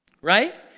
Right